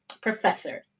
professor